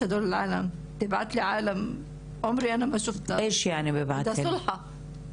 ועכשיו אימא של הבחורים האלה מבקשת כל הזמן לעשות סולחה איתי.